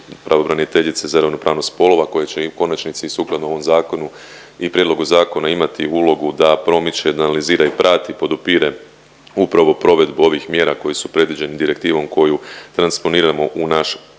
pravobraniteljice za ravnopravnost spolova koja će i u konačnici i sukladno ovom zakonu i prijedlogu zakona imati ulogu da promiče, analizira i prati, podupire upravo provedbu ovih mjera koje su predviđene direktivom koju transponiramo u naš